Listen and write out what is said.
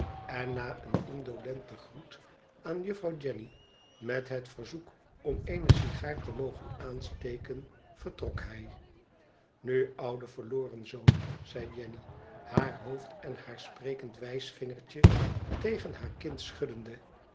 en na een indolenten groet aan juffrouw enny met het verzoek om eene sigaar te mogen aansteken vertrok hij nu oude verloren zoon zei jenny haar hoofd en haar sprekend wijsvingertje tegen haar kind schuddende